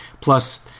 Plus